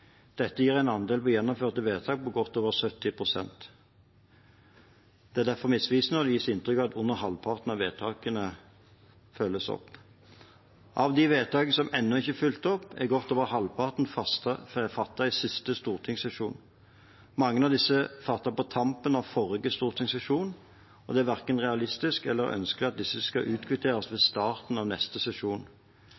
Dette gir en andel på gjennomførte vedtak på godt over 70 pst. Det er derfor misvisende når det gis inntrykk av at under halvparten av vedtakene følges opp. Av de vedtakene som ennå ikke er fulgt opp, er godt over halvparten fattet i siste stortingssesjon. Mange av disse er fattet på tampen av forrige stortingssesjon, og det er verken realistisk eller ønsket at disse skal utkvitteres ved